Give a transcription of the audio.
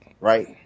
Right